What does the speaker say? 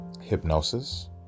hypnosis